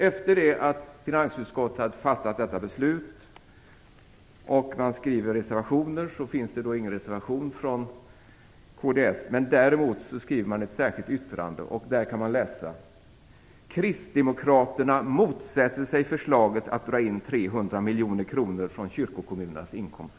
Efter det att finansutskottet hade fattat detta beslut fogade kds ingen reservation till betänkandet, men däremot ett särskilt yttrande, där man kan läsa: "Kristdemokraterna motsätter sig förslaget att dra in 300 miljoner kronor från kyrkokommunernas skatteinkomster."